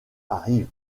arrive